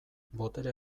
botere